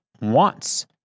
wants